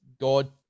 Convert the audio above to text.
god